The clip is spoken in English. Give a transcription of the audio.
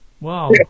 Wow